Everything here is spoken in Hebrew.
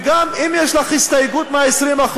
וגם אם יש לך הסתייגות מה-20%,